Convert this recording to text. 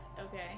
Okay